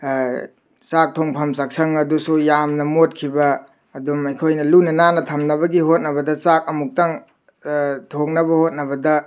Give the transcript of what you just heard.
ꯆꯥꯛ ꯊꯣꯡꯐꯝ ꯆꯥꯛꯁꯪ ꯑꯗꯨꯁꯨ ꯌꯥꯝꯅ ꯃꯣꯠꯈꯤꯕ ꯑꯗꯨꯝ ꯑꯩꯈꯣꯏꯅ ꯂꯨꯅ ꯅꯥꯟꯅ ꯊꯝꯅꯕꯒꯤ ꯍꯣꯠꯅꯕꯗ ꯆꯥꯛ ꯑꯃꯨꯛꯇꯪ ꯊꯣꯡꯅꯕ ꯍꯣꯠꯅꯕꯗ